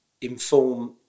inform